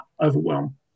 overwhelm